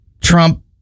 Trump